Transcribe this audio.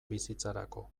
bizitzarako